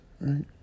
Right